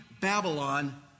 Babylon